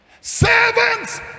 Servants